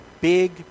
big